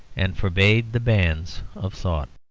and forbade the banns of thought.